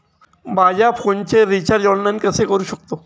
माझ्या फोनचे recharge online कसे करू शकतो?